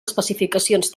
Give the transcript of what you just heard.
especificacions